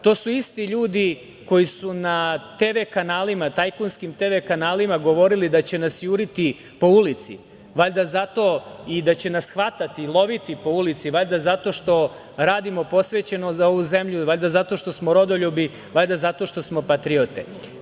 To su isti ljudi koji su na TV kanalima, tajkunskim TV kanalima, govorili da će nas juriti po ulici i da će nas hvatati, loviti po ulici, valjda zato što radimo posvećeno za ovu zemlju, valjda zato što smo rodoljubi, valjda zato što smo patriote.